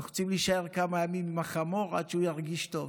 אנחנו צריכים להישאר כמה ימים עם החמור עד שהוא ירגיש טוב,